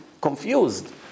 confused